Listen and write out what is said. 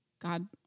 God